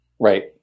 Right